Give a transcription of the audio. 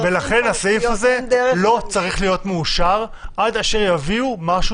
ולכן הסעיף הזה לא צריך להיות מאושר עד אשר יביאו משהו